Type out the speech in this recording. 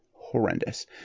horrendous